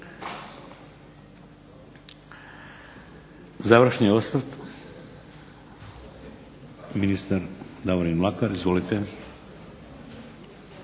Završni osvrt ministar DAvorin Mlakar. Izvolite.